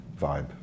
vibe